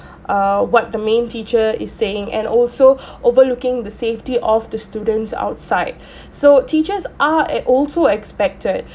err what the main teacher is saying and also overlooking the safety of the students outside so teachers are e~ also expected